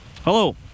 Hello